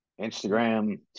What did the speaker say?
Instagram